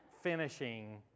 finishing